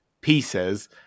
pieces